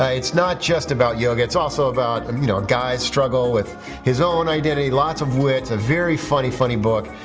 it's not just about yoga. it's also about i mean a guy's struggle with his own identity. lots of wit. a very funny, funny book.